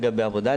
לגבי עבודה,